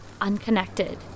unconnected